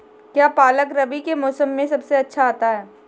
क्या पालक रबी के मौसम में सबसे अच्छा आता है?